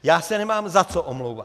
Já se nemám za co omlouvat.